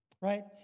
right